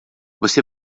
você